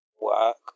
work